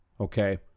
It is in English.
okay